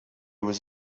was